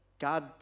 God